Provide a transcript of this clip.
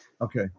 Okay